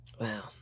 Wow